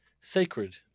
sacred